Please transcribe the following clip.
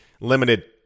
limited